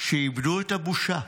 שאיבדו את הבושה.